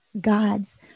God's